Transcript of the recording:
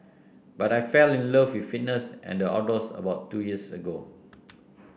but I fell in love with fitness and the outdoors about two years ago